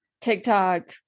TikTok